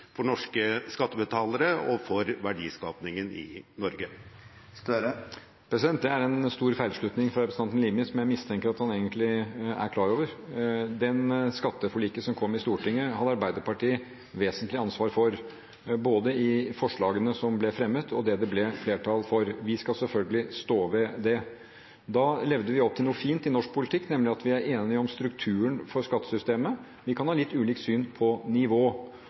for norske skattebetalere og for verdiskapingen i Norge? Det er en stor feilslutning fra representanten Limi – som jeg har mistanke om at han egentlig er klar over. Det skatteforliket som kom i Stortinget, hadde Arbeiderpartiet et vesentlig ansvar for, både for forslagene som ble fremmet, og for det som det ble flertall for. Vi skal selvfølgelig stå ved det. Da levde vi opp til noe fint i norsk politikk, nemlig at vi er enige om strukturen for skattesystemet. Vi kan ha litt ulikt syn på nivå.